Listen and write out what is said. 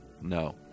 No